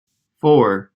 four